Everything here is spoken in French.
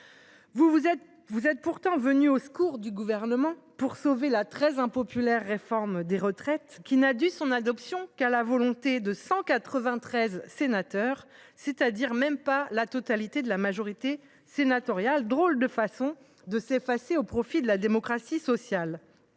Vous êtes pourtant venus au secours du Gouvernement pour sauver la très impopulaire réforme des retraites. Cette dernière n’a dû son adoption qu’à la volonté de 193 sénateurs, soit même pas la totalité de la majorité sénatoriale… Drôle de façon de s’effacer au profit de la démocratie sociale